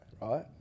right